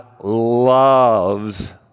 loves